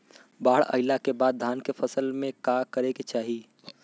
बाढ़ आइले के बाद धान के फसल में का करे के चाही?